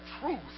truth